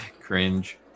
Cringe